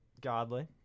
godly